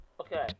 Okay